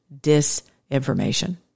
disinformation